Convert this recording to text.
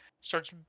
starts